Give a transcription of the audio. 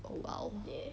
!wow!